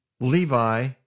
Levi